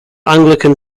anglican